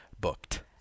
booked